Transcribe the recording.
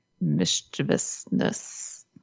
mischievousness